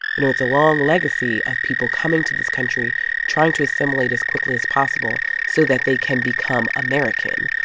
you know it's a long legacy of people coming to this country trying to assimilate as quickly as possible so that they can become american,